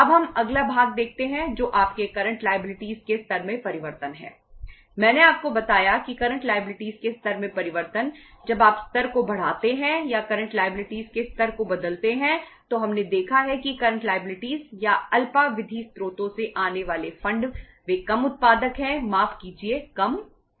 अब हम अगला भाग देखते हैं जो आपके करंट लायबिलिटी वे कम उत्पादक हैं माफ कीजिए कम महंगे है